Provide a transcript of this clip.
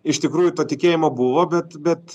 iš tikrųjų to tikėjimo buvo bet bet